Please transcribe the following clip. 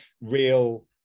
real